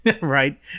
Right